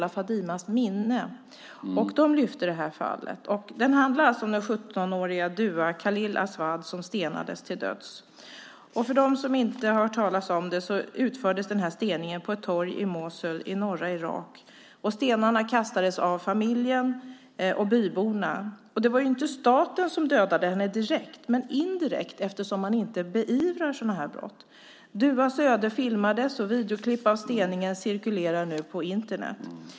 Riksföreningen Glöm aldrig Pela och Fadime lyfter fram fallet som alltså handlar om den 17-åriga Dua Khalil Aswad som stenades till döds. För dem som inte hört talas om fallet vill jag nämna att steningen utfördes på ett torg i Mosul i norra Irak. Stenarna kastades av familjen och byborna. Det var inte staten som dödade henne direkt, däremot indirekt, eftersom sådana brott inte beivras. Duas öde filmades, och videoklipp av steningen cirkulerar nu på Internet.